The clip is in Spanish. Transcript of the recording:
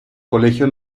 colegio